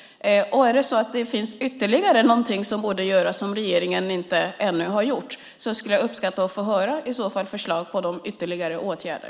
Är det så att det finns ytterligare någonting som borde göras som regeringen ännu inte har gjort skulle jag uppskatta att få höra förslag på ytterligare åtgärder.